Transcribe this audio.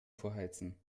vorheizen